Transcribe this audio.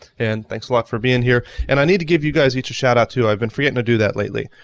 and thanks a lot for being here. and i need to give you guys each a shout-out too. i've been forgettin' to do that lately.